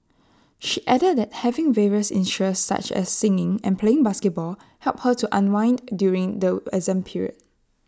she added that having various interests such as singing and playing basketball helped her to unwind during the exam period